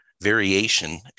variation